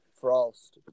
Frost